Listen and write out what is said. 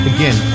Again